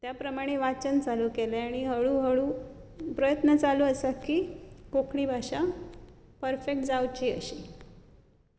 त्या प्रमाणे वाचन चालू केलें आनी हळू हळू प्रयत्न चालू आसा की कोंकणी भास परफेक्ट जावशी अशी